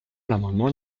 l’amendement